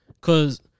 Cause